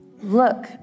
Look